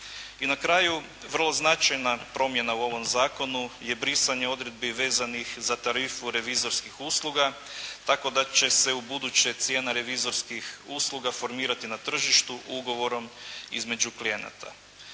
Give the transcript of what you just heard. I na kraju vrlo značajna promjena u ovom zakonu je brisanje odredbi vezanih za tarifu revizorskih usluga tako da će se ubuduće cijena revizorskih usluga formirati na tržištu ugovorom između klijenata.